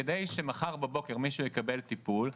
כדי שמחר בבוקר מישהו יקבל טיפול,